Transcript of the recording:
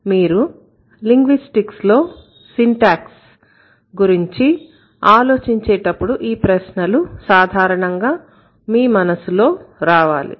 మీరు లింగ్విస్టిక్స్ లో సింటాక్స్ గురించి ఆలోచించేటప్పుడు ఈ ప్రశ్నలు సాధారణంగా మీ మనసులో రావాలి